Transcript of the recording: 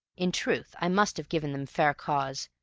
in truth i must have given them fair cause,